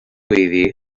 gweiddi